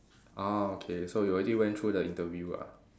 ah okay so you already went through the interview ah